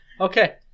Okay